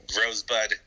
Rosebud